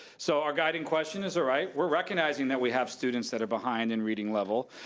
so our guiding questions, alright, we're recognizing that we have students that are behind in reading level,